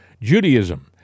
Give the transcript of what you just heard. Judaism